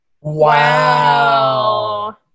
Wow